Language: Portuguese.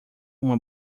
uma